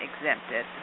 exempted